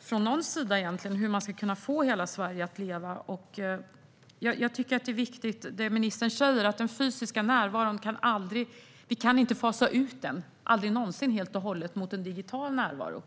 från någon sida på hur man ska kunna få hela Sverige att leva. Jag tycker att det ministern säger är viktigt: Den fysiska närvaron kan vi aldrig någonsin helt och hållet fasa ut och ersätta med en digital närvaro.